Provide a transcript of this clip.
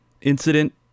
incident